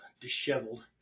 disheveled